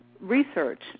research